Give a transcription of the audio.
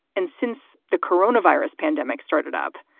and since the corona virus pandemic started up,